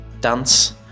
dance